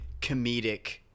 comedic